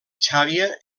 xàbia